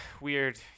weird